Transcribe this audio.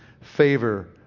favor